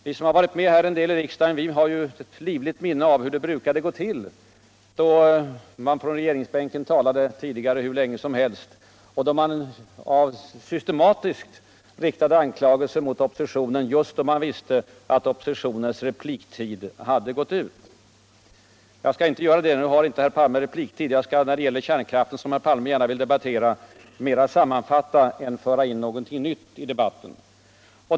Vi som varit med en tid i riksdagen har ett livligt minne av hur det brukade gå till tidigare, då man från regeringsbänken talade praktiskt taget hur linge som helst och systematiskt riktade anklagelser mot oppositionen då man visste att dess repliktid var slut. Nu har herr Palme icke någon vuerligare replik. och jag skall därför när det gäller kärnkraften. som herr Palme gärna vill diskutera, mera sammanfatta än föra in någonting nytt.